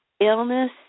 Illness